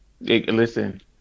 Listen